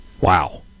Wow